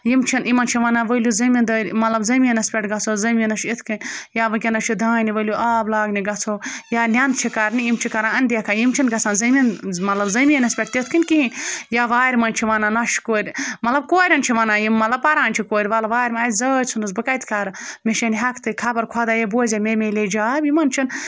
یِم چھِنہٕ یِمَن چھِ وَنان وٕلِو زٔمیٖندٲری مطلب زٔمیٖنَس پٮ۪ٹھ گژھو زٔمیٖنَس چھُ اِتھ کٔنۍ یا وٕنکیٚنَس چھُ دانہِ ؤلِو آب لاگنہِ گژھو یا نٮ۪ندٕ چھِ کَرنہِ یِم چھِ کَران اَندیکھا یِم چھِنہٕ گژھان زٔمیٖن مطلب زٔمیٖنَس پٮ۪ٹھ تِتھ کٔنۍ کِہیٖنۍ یا وارِ منٛز چھِ وَنان نۄشہِ کورِ مطلب کورٮ۪ن چھِ وَنان یِم مطلب پَران چھِ کورِ وَلہٕ وارِ منٛز اَے زٲج ژھٕنُس بہٕ کَتہِ کَرٕ مےٚ چھَے نہٕ ہٮ۪کتھٕے خبر خۄداے بوزے مےٚ ملے جاب یِمَن چھِنہٕ